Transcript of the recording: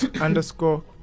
underscore